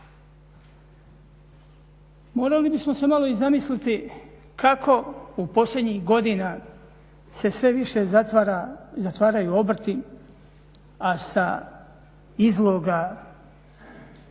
Morali bismo se malo i zamisliti kako posljednjih godina se sve više zatvaraju obrti, a sa izloga